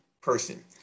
person